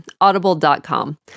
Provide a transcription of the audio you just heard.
Audible.com